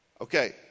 Okay